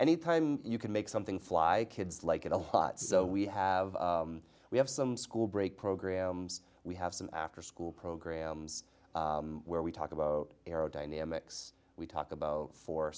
any time you can make something fly kids like it a lot so we have we have some school break programs we have some after school programs where we talk about aerodynamics we talk about for